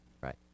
Right